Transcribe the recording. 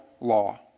law